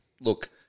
look